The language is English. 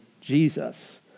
Jesus